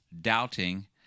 doubting